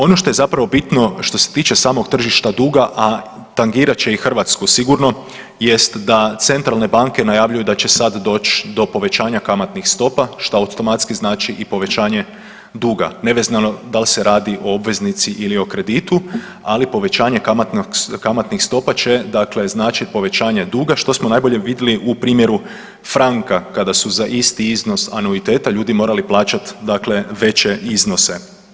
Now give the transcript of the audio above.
Ono što je zapravo bitno što se tiče samog tržišta duga, a tangirat će i Hrvatsku sigurno jest da centralne banke najavljuju da će sad doć do povećanja kamatnih stopa šta automatski znači i povećanje duga, nevezano dal se radi o obveznici ili o kreditu, ali povećanje kamatnih stopa će znači povećanje duga što smo najbolje vidjeli u primjeru Franka kada su za isti iznos anuiteta ljudi morali plaćat veće iznose.